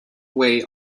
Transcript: way